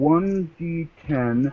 1d10